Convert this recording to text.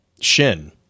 Shin